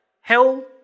hell